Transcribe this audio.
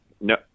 No